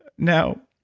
now,